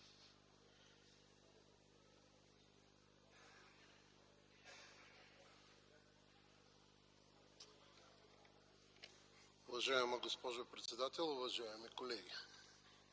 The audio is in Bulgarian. Уважаема госпожо председател, уважаеми колеги!